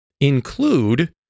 include